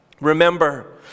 Remember